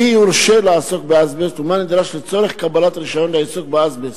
מי יורשה לעסוק באזבסט ומה נדרש לצורך קבלת רשיון לעיסוק באזבסט,